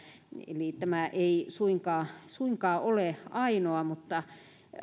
eli tämä ei suinkaan suinkaan ole ainoa mutta